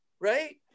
right